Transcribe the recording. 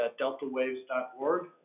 deltawaves.org